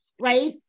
right